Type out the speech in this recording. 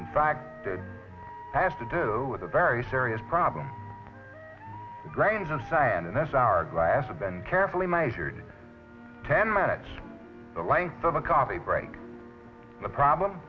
in fact that has to do with a very serious problem the grains of sand in this hour glass of been carefully monitored ten minutes the length of a coffee break the problem